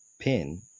pin